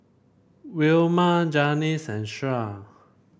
Wilma Janis and Shirl